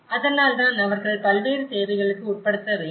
அதனால்தான் அவர்கள் பல்வேறு தேவைகளுக்கு உட்படுத்தப்பட வேண்டும்